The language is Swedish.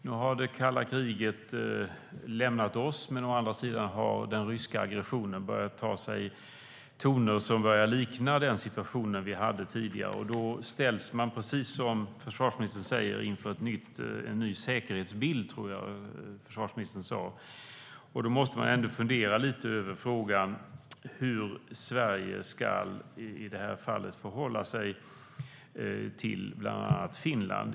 Nu har det kalla kriget lämnat oss, men å andra sidan har den ryska aggressionen börjat ta sig toner som liknar den situation vi hade tidigare. Precis som jag tror att försvarsministern sa ställs man inför en ny säkerhetsbild. Då måste man fundera lite över hur Sverige ska förhålla sig till bland annat Finland.